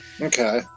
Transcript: okay